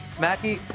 Mackie